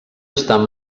estan